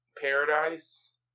Paradise